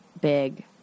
big